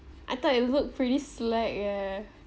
I thought you looked pretty slack eh